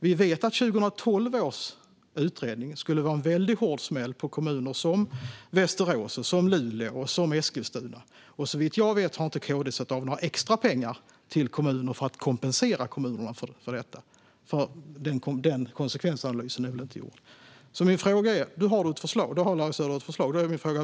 Vi vet att 2012 års utredning skulle utgöra en väldigt hård smäll för kommuner som Västerås, Luleå och Eskilstuna. Såvitt jag vet har KD inte satt av några extra pengar till kommunerna för att kompensera dem för detta. En sådan konsekvensanalys är väl inte gjord? Jag har därför en fråga med anledning av Larry Söders förslag.